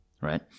right